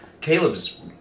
Caleb's